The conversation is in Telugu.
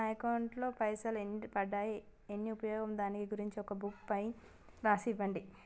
నా అకౌంట్ లో పైసలు ఎన్ని పడ్డాయి ఎన్ని ఉన్నాయో దాని గురించి ఒక బుక్కు పైన రాసి ఇవ్వండి?